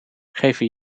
geven